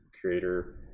creator